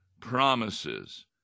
promises